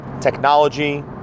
technology